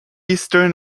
eastern